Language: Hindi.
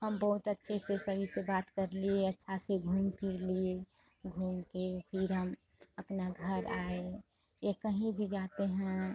हम बहुत अच्छे से सही से बात कर लिए अच्छा से घूम फिर लिए घूम के फिर हम अपना घर आए या कहीं भी जाते हैं